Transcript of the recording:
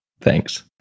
Thanks